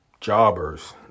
jobbers